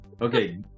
Okay